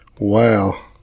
Wow